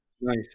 Nice